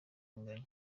kunganya